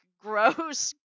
gross